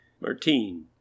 Martine